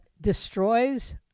destroys